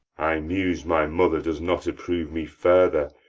i muse my mother does not approve me further,